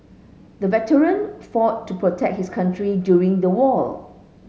the veteran fought to protect his country during the war